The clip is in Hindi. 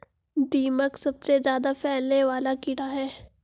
दीमक सबसे ज्यादा फैलने वाला कीड़ा है